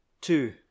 two